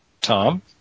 Tom